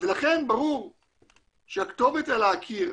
ולכן ברור שהכתובת על הקיר,